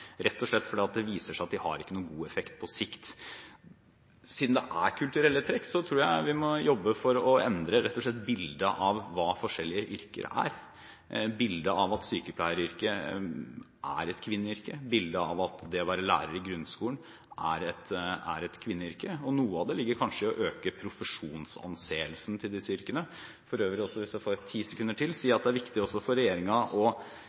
rett og slett fordi det viser seg at de ikke har noen god effekt på sikt. Siden det er kulturelle trekk, tror jeg vi må jobbe for rett og slett å endre bildet av hva forskjellige yrker er – bildet av at sykepleieryrket er et kvinneyrke, bildet av at det å være lærer i grunnskolen er et kvinneyrke. Noe av det ligger kanskje i å øke profesjonsanseelsen til disse yrkene. For øvrig – hvis jeg kan få 10 sekunder til – vil jeg si at det er viktig for regjeringen å